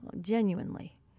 genuinely